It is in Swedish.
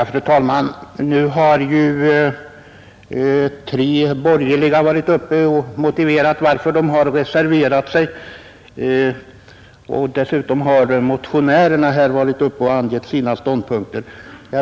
Fru talman! Nu har tre borgerliga ledamöter varit uppe i talarstolen och motiverat varför de reserverat sig mot utskottets förslag. Dessutom har motionärerna varit uppe och angivit sina ståndpunkter.